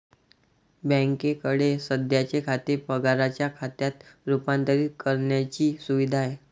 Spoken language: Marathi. बँकेकडे सध्याचे खाते पगाराच्या खात्यात रूपांतरित करण्याची सुविधा आहे